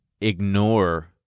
ignore